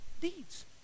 deeds